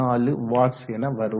24 watts என வரும்